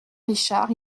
richard